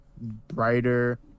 brighter